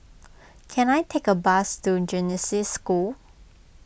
can I take a bus to Genesis School